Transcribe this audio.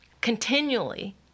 continually